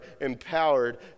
empowered